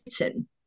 written